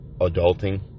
adulting